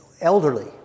elderly